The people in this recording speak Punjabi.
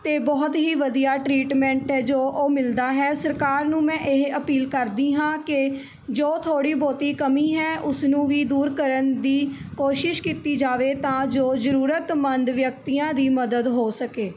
ਅਤੇ ਬਹੁਤ ਹੀ ਵਧੀਆ ਟਰੀਟਮੈਂਟ ਹੈ ਜੋ ਉਹ ਮਿਲਦਾ ਹੈ ਸਰਕਾਰ ਨੂੰ ਮੈਂ ਇਹ ਅਪੀਲ ਕਰਦੀ ਹਾਂ ਕਿ ਜੋ ਥੋੜ੍ਹੀ ਬਹੁਤੀ ਕਮੀ ਹੈ ਉਸ ਨੂੰ ਵੀ ਦੂਰ ਕਰਨ ਦੀ ਕੋਸ਼ਿਸ਼ ਕੀਤੀ ਜਾਵੇ ਤਾਂ ਜੋ ਜ਼ਰੂਰਤਮੰਦ ਵਿਅਕਤੀਆਂ ਦੀ ਮਦਦ ਹੋ ਸਕੇ